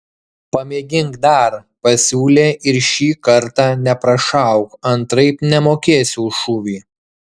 pamėgink dar pasiūlė ir šį kartą neprašauk antraip nemokėsiu už šūvį